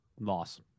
Loss